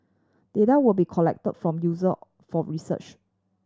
data will be collect from user for research